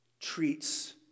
treats